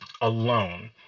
alone